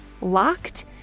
locked